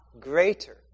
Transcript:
greater